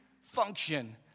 function